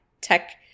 tech